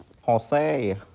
Jose